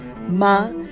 Ma